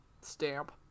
stamp